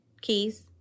keys